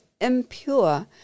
impure